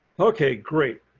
okay, great.